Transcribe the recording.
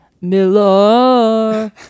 Miller